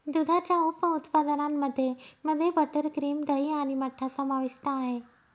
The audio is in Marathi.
दुधाच्या उप उत्पादनांमध्ये मध्ये बटर, क्रीम, दही आणि मठ्ठा समाविष्ट आहे